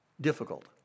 Difficult